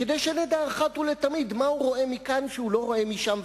כדי שנדע אחת ולתמיד מה הוא רואה מכאן שהוא לא רואה משם,